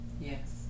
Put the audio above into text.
Yes